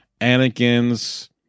Anakin's